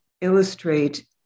illustrate